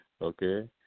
Okay